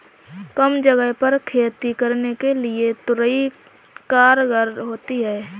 कम जगह पर खेती के लिए तोरई कारगर होती है